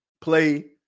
play